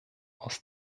aus